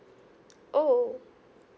oh